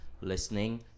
listening